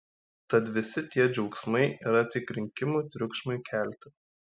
tad visi tie džiaugsmai yra tik rinkimų triukšmui kelti